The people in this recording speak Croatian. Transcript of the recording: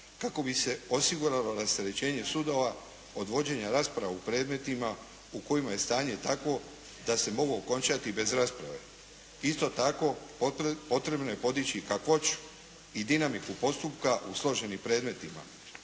kako bi se osiguralo rasterećenje sudova od vođenja rasprava u predmetima u kojima je stanje takvo da se mogu okončati bez rasprave. Isto tako potrebno je podići kakvoću i dinamiku postupka u složenim predmetima.